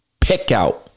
pickout